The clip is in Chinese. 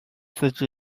自治